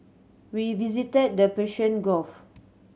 we visited the Persian Gulf